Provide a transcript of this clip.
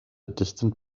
distant